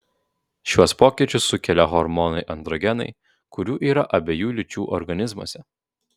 šiuos pokyčius sukelia hormonai androgenai kurių yra abiejų lyčių organizmuose